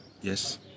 Yes